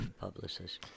publicist